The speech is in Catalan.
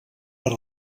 per